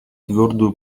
твердую